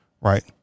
right